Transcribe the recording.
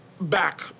back